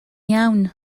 iawn